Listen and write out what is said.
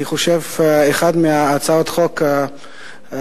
אני חושב שהיא אחת מהצעות החוק החשובות